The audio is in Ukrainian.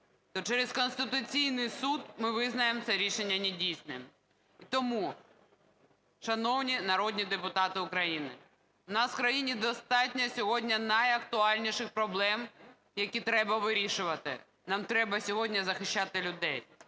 то через Конституційний Суд ми визнаємо це рішення недійсним. І тому, шановні народні депутати України, у нас в країні достатньо сьогодні найактуальніших проблем, які треба вирішувати. Нам треба сьогодні захищати людей.